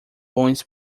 bons